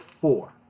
four